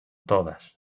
todas